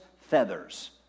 feathers